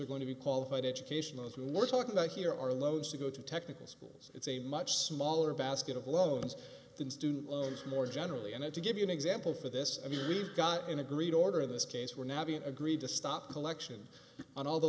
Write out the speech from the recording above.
are going to be qualified educational to look talk about here are loads to go to technical schools it's a much smaller basket of loans than student loans more generally and to give you an example for this i mean we've got an agreed order in this case we're now being agreed to stop collection on all the